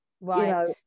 Right